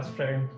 Friend